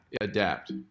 adapt